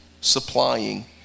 supplying